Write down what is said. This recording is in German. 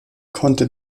konnte